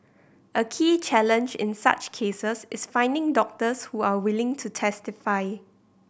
a key challenge in such cases is finding doctors who are willing to testify